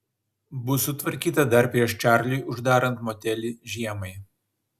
bus sutvarkyta dar prieš čarliui uždarant motelį žiemai